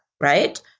right